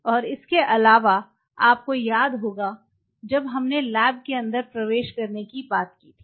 और इसके अलावा आपको याद होगा जब हमने लैब के अंदर प्रवेश करने की बात की थी